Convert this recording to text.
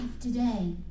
today